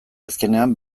azkenean